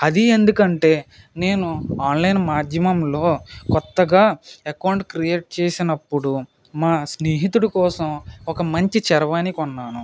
అది ఎందుకంటే నేను ఆన్లైన్ మాధ్యమంలో కొత్తగా అకౌంట్ క్రియేట్ చేసినప్పుడు మా స్నేహితుడు కోసం ఒక మంచి చరవాణి కొన్నాను